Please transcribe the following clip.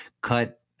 cut